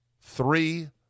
three